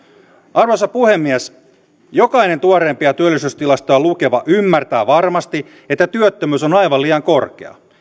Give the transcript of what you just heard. arvoisa puhemies jokainen tuoreimpia työllisyystilastoja lukeva ymmärtää varmasti että työttömyys on aivan liian korkea